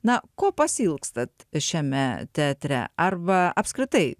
na ko pasiilgstat šiame teatre arba apskritai